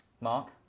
Mark